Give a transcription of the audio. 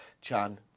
Chan